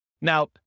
Now